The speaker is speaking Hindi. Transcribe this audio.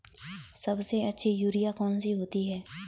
सबसे अच्छी यूरिया कौन सी होती है?